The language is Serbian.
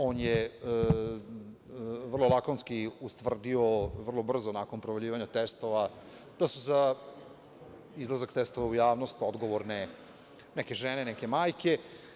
On je vrlo lakonski ustvrdio, vrlo brzo nakon provaljivanja testova, da su za izlazak testova u javnost odgovorne neke žene, neke majke.